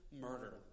murder